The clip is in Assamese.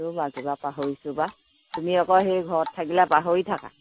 ৰ'বা কিবা পাহৰিছোঁ বা তুমি আকৌ সেই ঘৰত থাকিলে পাহৰি থাকা